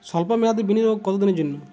সল্প মেয়াদি বিনিয়োগ কত দিনের জন্য?